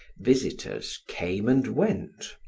visitors came and went.